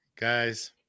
Guys